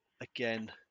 again